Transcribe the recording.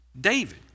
david